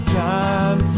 time